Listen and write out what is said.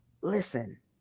listen